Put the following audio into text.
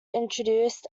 introduced